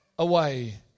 away